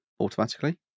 automatically